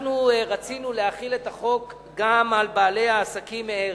אנחנו רצינו להחיל את החוק גם על בעלי העסקים מארז,